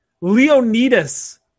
Leonidas